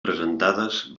presentades